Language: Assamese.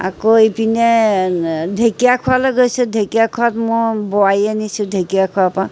আকৌ এইপিনে ঢেকীয়াখোৱালৈ গৈছোঁ ঢেকীয়াখোৱাত মই বোৱাৰী আনিছোঁ ঢেকীয়াখোৱাৰ পৰা